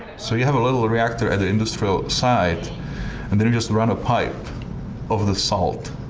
so you have a little reactor as an industrial site and then just run a pipe of the salt.